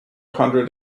hundred